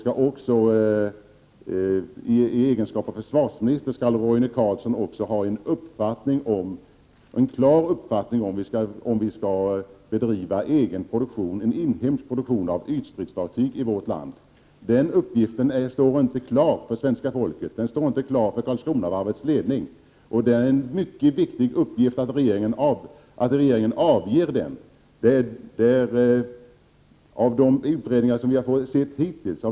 I egenskap av försvarsminister skall Roine Carlsson också ha en klar uppfattning om huruvida det skall bedrivas en inhemsk produktion av ytstridsfartyg i vårt land. Den uppgiften står inte klar för svenska folket och inte heller för Karlskronavarvets ledning. Det är mycket viktigt att regeringen ger den uppgiften.